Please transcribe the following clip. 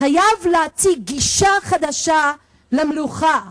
חייב להציג גישה חדשה למלוכה.